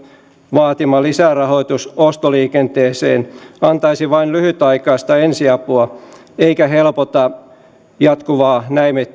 vaatima lisärahoitus ostoliikenteeseen antaisi vain lyhytaikaista ensiapua eikä helpota jatkuvaa